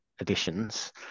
editions